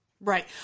Right